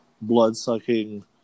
blood-sucking